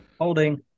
Holding